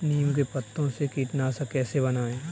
नीम के पत्तों से कीटनाशक कैसे बनाएँ?